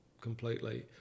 completely